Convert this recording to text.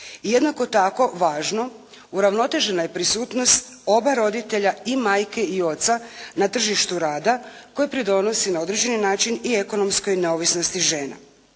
jednako tako važno, uravnotežena je prisutnost oba roditelja i majke i oca na tržištu rada koji pridonosi na određeni način i ekonomskoj neovisnosti žena.